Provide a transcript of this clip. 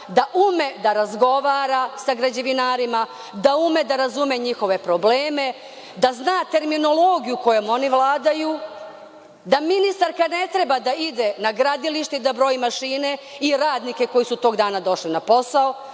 da ume da razgovara sa građevinarima, da ume da razume njihove probleme, da zna terminologiju kojom oni vladaju, da ministarka ne treba da ide na gradilište i da broji mašine i radnike koji su tog dana došli na posao,